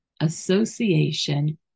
association